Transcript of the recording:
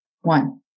one